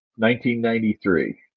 1993